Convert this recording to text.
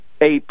AP